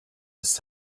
ist